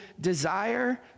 desire